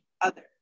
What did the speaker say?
others